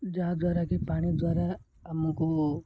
ଯାହାଦ୍ୱାରାକିି ପାଣି ଦ୍ୱାରା ଆମକୁ